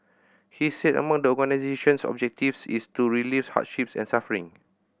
he said among the organisation's objectives is to relieve hardships and suffering